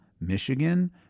Michigan